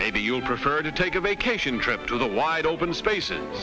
maybe you'll prefer to take a vacation trip to the wide open space